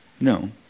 No